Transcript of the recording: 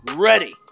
ready